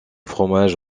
fromages